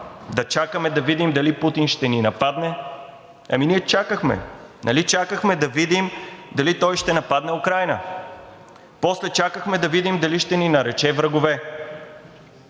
да чакаме да видим дали Путин ще ни нападне? Ами ние чакахме! Нали чакахме да видим дали той ще нападне Украйна. После чакахме да видим дали ще ни нарече врагове.